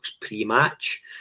pre-match